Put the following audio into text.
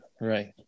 right